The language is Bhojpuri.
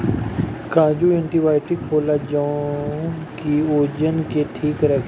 काजू एंटीओक्सिडेंट होला जवन की ओजन के ठीक राखेला